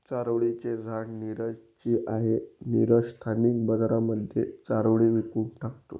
चारोळी चे झाड नीरज ची आहे, नीरज स्थानिक बाजारांमध्ये चारोळी विकून टाकतो